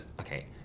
okay